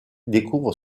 découvre